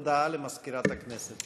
הודעה למזכירת הכנסת.